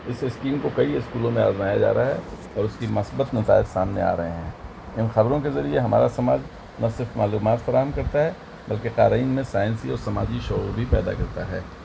اس scheme کو کئی اسکولوں میں آزمایا جا رہا ہے اور اس کی مثبت نتائج سامنے آ رہے ہیں ان خبروں کے ذریعے ہمارا سماج نہ صرف معلومات فراہم کرتا ہے بلکہ قارئین میں سائنسی اور سماجی شعور بھی پیدا کرتا ہے